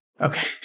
Okay